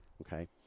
Okay